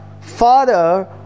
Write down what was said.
Father